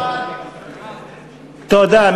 תודה.